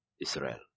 Israel